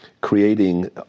creating